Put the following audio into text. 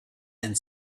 and